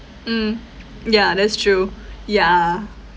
mm ya that's true yeah